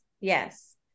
yes